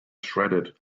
shredded